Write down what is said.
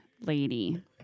lady